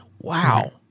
Wow